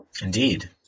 Indeed